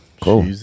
Cool